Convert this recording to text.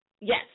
Yes